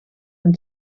een